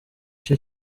cyo